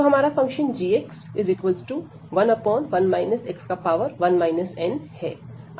तो हमारा function gx11 x1 n है